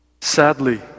Sadly